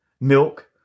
milk